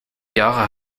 jahre